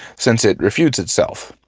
since it refutes itself.